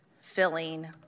filling